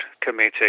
Committee